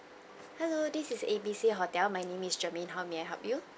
hello this is ABC hotel my name is jermaine how may I help you